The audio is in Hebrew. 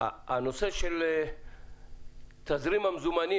הנושא של תזרים המזומנים